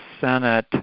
Senate